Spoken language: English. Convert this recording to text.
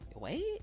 Wait